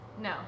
No